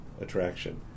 attraction